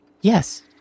yes